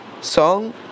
song